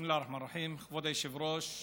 אני פה העליתי בכמה מקרים את הנושא הזה